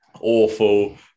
Awful